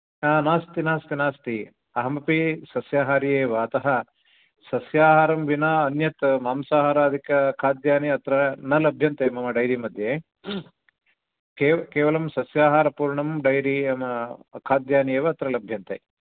ना नास्ति नास्ति नास्ति अहम् अपि सस्याहारि एव अतः सस्याहारं विना अन्यत् मांसाहारादिकखाद्यानि अत्र न लभ्यन्ते मम डैरी मध्ये केवलं सस्याहारपूर्णं डैरीखाद्यानि अत्र लभ्यन्ते